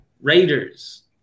Raiders